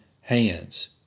hands